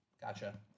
gotcha